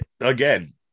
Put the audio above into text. again